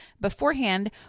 beforehand